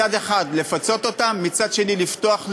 מצד אחד, לפצות אותם, מצד שני, לפתוח לייבוא,